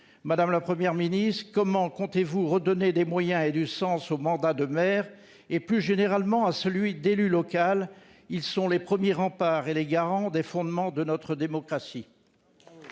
Madame la Première ministre, comment comptez-vous redonner des moyens et du sens au mandat de maire et, plus généralement, à celui d'élu local ? Ceux-ci sont les premiers remparts et les garants de notre démocratie.